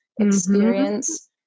experience